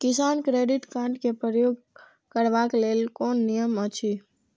किसान credit card क प्रयोग करबाक लेल कोन नियम अछि?